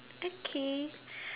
okay